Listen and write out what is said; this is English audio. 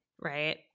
right